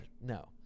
No